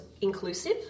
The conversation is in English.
inclusive